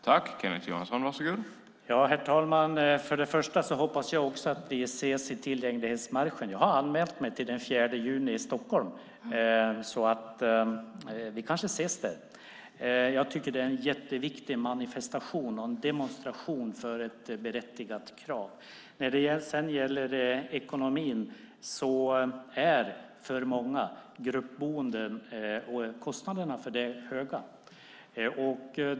Herr talman! Först och främst hoppas jag att vi ses i tillgänglighetsmarschen. Jag har anmält mig till den 4 juni i Stockholm. Vi kanske ses där. Jag tycker att det är en jätteviktig manifestation och en demonstration för ett berättigat krav. När det sedan gäller ekonomin är kostnaderna för många gruppboenden höga.